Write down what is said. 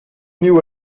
nieuwe